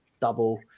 double